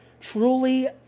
Truly